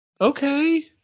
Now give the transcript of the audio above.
okay